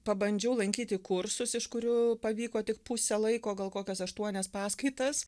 pabandžiau lankyti kursus iš kurių pavyko tik pusę laiko gal kokias aštuonias paskaitas